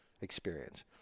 experience